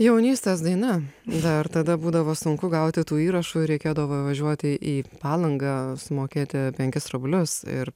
jaunystės daina dar tada būdavo sunku gauti tų įrašų ir reikėdavo važiuoti į palangą sumokėti penkis rublius ir